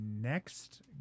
next